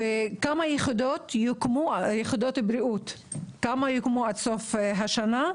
וכמה יחידות בריאות יוקמו עד סוף השנה?